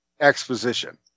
exposition